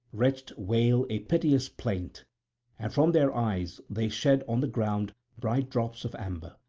wretchedly wail a piteous plaint and from their eyes they shed on the ground bright drops of amber.